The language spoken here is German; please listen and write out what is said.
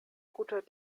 guter